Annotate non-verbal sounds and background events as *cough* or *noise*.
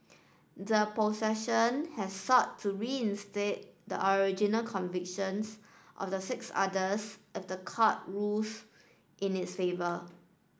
the *unintelligible* has sought to reinstate they the original convictions of the six others if the court rules in its favour